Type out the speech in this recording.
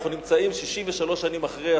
אנחנו נמצאים 63 שנים אחרי,